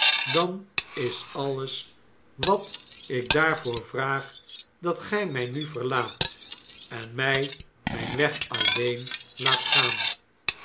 dan is alles wat ik daarvoor vraag dat gij mij nu verlaat en mij mijn weg alleen laat gaan